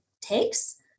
takes